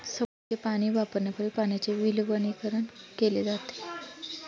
समुद्राचे पाणी वापरण्यापूर्वी पाण्याचे विलवणीकरण केले जाते